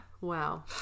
Wow